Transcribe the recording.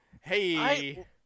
Hey